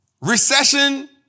recession